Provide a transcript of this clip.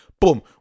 boom